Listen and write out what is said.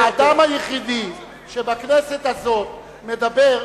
האדם היחידי שבכנסת הזאת מדבר,